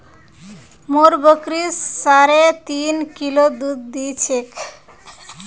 मोर बकरी साढ़े तीन किलो दूध दी छेक